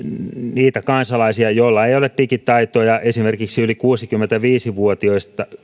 niitä kansalaisia joilla ei ole digitaitoja esimerkiksi yli kuusikymmentäviisi vuotiaista